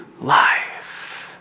life